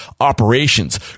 operations